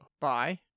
Bye